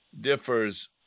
differs